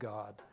God